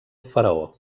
faraó